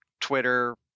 Twitter